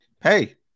hey